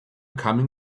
coming